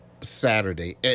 Saturday